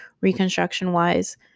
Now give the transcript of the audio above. reconstruction-wise